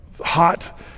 hot